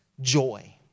joy